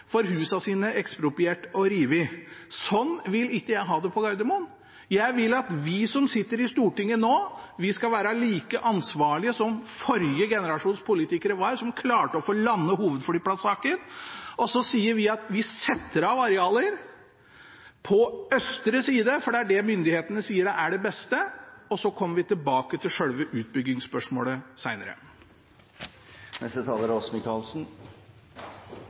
får husene sine ekspropriert og revet. Slik vil ikke jeg ha det på Gardermoen. Jeg vil at vi som sitter på Stortinget nå, skal være like ansvarlige som forrige generasjons politikere var, som klarte å få landet hovedflyplassaken, og si at vi setter av arealer på østre side, for det er det myndighetene sier er det beste, og så kommer vi tilbake til selve utbyggingsspørsmålet